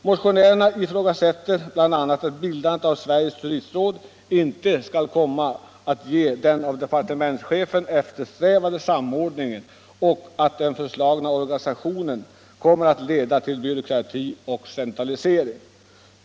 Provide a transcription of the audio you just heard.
Motionärerna ifrågasätter bl.a. att bildandet av Sveriges turistråd skulle komma att ge den av departementschefen eftersträvade samordningen och menar att den föreslagna organisationen kommer att leda till byråkrati och centralisering.